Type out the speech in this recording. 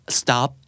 stop